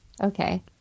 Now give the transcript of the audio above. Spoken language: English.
Okay